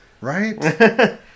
Right